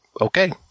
okay